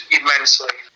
immensely